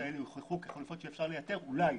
שיוכחו כחלופות טובת אז אולי.